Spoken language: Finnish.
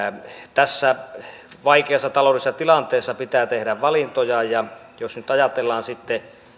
tässä vaikeassa taloudellisessa tilanteessa pitää tehdä valintoja ja jos nyt ajatellaan sitten